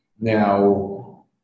Now